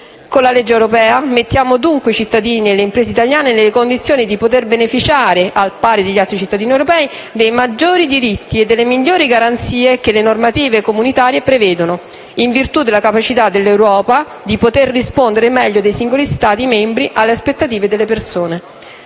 Con la legge europea mettiamo dunque i cittadini e le imprese italiane nelle condizioni di poter beneficiare, al pari degli altri cittadini europei, dei maggiori diritti e delle migliori garanzie che le normative comunitarie prevedono, in virtù della capacità dell'Europa di poter rispondere meglio dei singoli Stati membri alle aspettative delle persone.